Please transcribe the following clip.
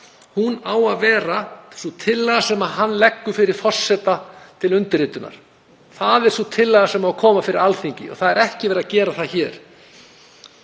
á að vera sú tillaga sem hann leggur fyrir forseta til undirritunar. Það er sú tillaga sem á að koma fyrir Alþingi og það er ekki verið að gera það hér.